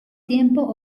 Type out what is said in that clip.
tiempo